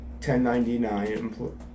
1099